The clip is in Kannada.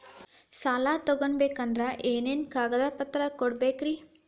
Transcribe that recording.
ಸಾಲ ತೊಗೋಬೇಕಂದ್ರ ಏನೇನ್ ಕಾಗದಪತ್ರ ಕೊಡಬೇಕ್ರಿ?